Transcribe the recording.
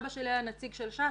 אבא שלי היה נציג של ש"ס,